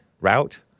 Route